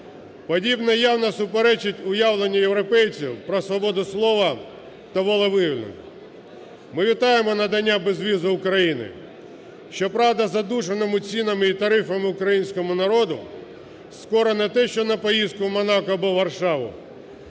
Подібне явно суперечить уявленню європейців про свободу слова та волевиявлення. Ми вітаємо надання безвізу Україні, щоправда, задушеному цінами і тарифами українському народу скоро не те що на поїздку в Монако або в Варшаву,